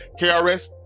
KRS